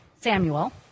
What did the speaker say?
Samuel